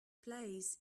plays